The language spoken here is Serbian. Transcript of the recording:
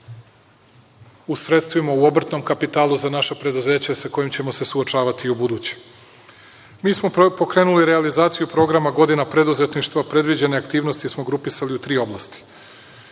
u sredstvima u obrtnom kapitalu za naša preduzeća sa kojim ćemo se suočavati i u ubuduće. Mi smo pokrenuli realizaciju programa „Godina preduzetništva“ i predviđene aktivnosti smo grupisali u tri oblasti.